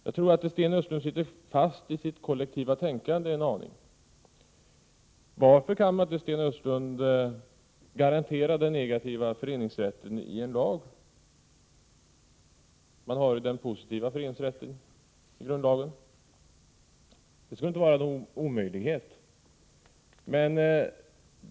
Jag tror att Sten Östlund sitter fast i sitt kollektiva tänkande. Varför kan man inte, Sten Östlund, garantera den negativa föreningsrätten i en lag? Vi har ju den positiva föreningsrätten garanterad i grundlagen. Det skulle inte behöva vara en omöjlighet.